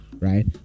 right